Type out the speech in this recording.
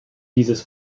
dieses